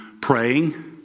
Praying